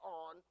on